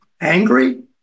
angry